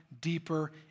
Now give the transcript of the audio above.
deeper